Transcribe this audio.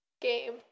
game